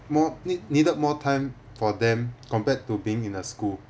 more nee~ needed more time for them compared to being in the school